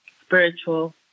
spiritual